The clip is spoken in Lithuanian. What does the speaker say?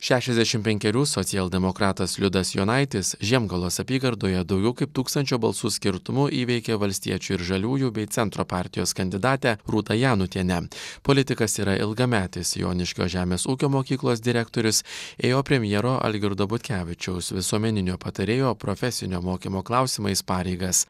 šešiasdešimt penkerių socialdemokratas liudas jonaitis žiemgalos apygardoje daugiau kaip tūkstančio balsų skirtumu įveikė valstiečių ir žaliųjų bei centro partijos kandidatę rūtą janutienę politikas yra ilgametis joniškio žemės ūkio mokyklos direktorius ėjo premjero algirdo butkevičiaus visuomeninio patarėjo profesinio mokymo klausimais pareigas